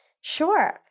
Sure